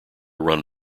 run